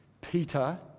Peter